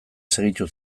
segitu